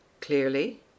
Clearly